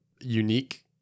unique